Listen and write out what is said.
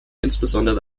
insbesondere